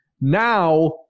Now